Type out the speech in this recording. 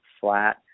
flat